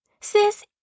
Sis